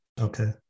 Okay